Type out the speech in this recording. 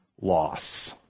loss